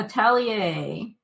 Atelier